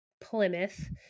Plymouth